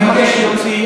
אני מבקש להוציא,